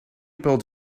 pulled